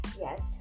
Yes